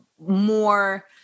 more